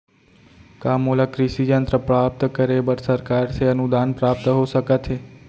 का मोला कृषि यंत्र प्राप्त करे बर सरकार से अनुदान प्राप्त हो सकत हे?